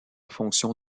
fonction